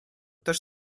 też